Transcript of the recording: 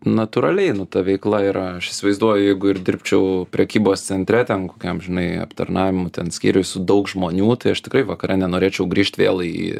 natūraliai nu ta veikla yra aš įsivaizduoju jeigu ir dirbčiau prekybos centre ten kokiam žinai aptarnavimo ten skyriuj su daug žmonių tai aš tikrai vakare nenorėčiau grįžt vėl į